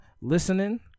Listening